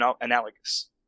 analogous